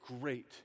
great